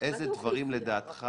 איזה דברים לדעתך